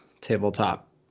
tabletop